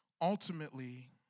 Ultimately